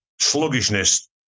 sluggishness